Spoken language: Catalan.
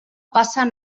passen